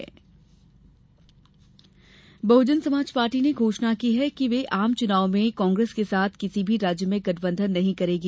बसपा घोषणा बहुजन समाजपार्टी ने घोषणा की है कि वे आम चुनाव में वह कांग्रेस के साथ किसी भी राज्य में गठबंधन नहीं करेगी